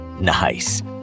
Nice